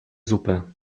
zupę